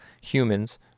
humans